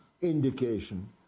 indication